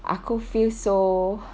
aku could feel so